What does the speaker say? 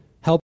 Help